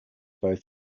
both